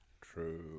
True